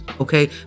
Okay